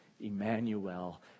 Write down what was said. Emmanuel